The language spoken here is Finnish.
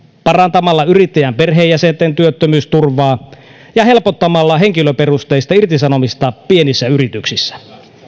parantamalla yrittäjän perheenjäsenten työttömyysturvaa ja helpottamalla henkilöperusteista irtisanomista pienissä yrityksissä